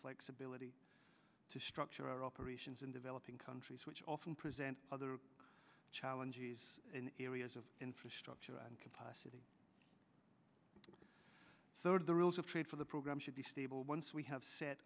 flexibility to structure our operations in developing countries which often present other challenges in areas of infrastructure and capacity so the rules of trade for the program should be stable once we have set